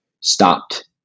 stopped